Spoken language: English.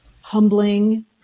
humbling